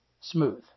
smooth